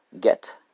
Get